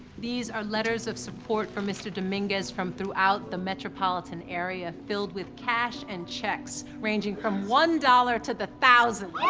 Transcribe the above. these are letters of support for mr. dominguez from throughout the metropolitan area, filled with cash and checks, ranging from one dollar to the thousands.